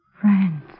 Friends